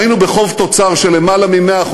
והיינו בחוב תוצר של יותר מ-100%,